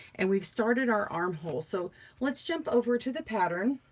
and we've started our armhole. so let's jump over to the pattern.